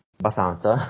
abbastanza